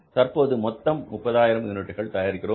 தற்போது மொத்தம் 30000 யூனிட்டுகள் தயாரிக்கிறோம்